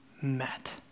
met